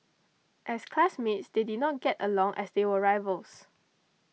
as classmates they did not get along as they were rivals